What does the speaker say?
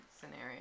scenario